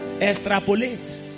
Extrapolate